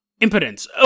Impotence